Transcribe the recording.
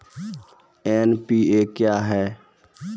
NPA क्या हैं?